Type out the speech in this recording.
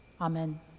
Amen